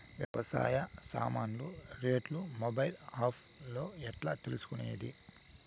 వ్యవసాయ సామాన్లు రేట్లు మొబైల్ ఆప్ లో ఎట్లా తెలుసుకునేది?